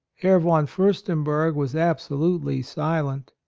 herr von fiirstenberg was absolutely silent.